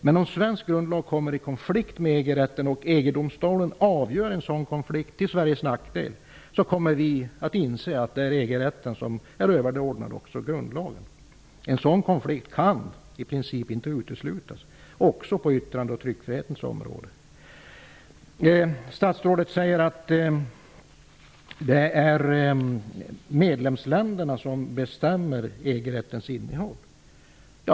Men om svensk grundlag kommer i konflikt med EG-rätten och EG domstolen avgör en sådan konflikt till Sveriges nackdel, kommer vi att inse att EG-rätten är överordnad också grundlagen. En sådan konflikt kan i princip inte uteslutas, inte heller på yttrandefrihetens och tryckfrihetens områden. Statsrådet säger att det är medlemsländerna som bestämmer EG-rättens innehåll.